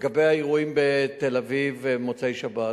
לגבי האירועים בתל-אביב במוצאי-שבת,